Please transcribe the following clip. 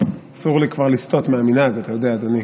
אסור לי כבר לסטות מהמנהג, אתה יודע, אדוני,